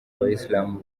abayisilamu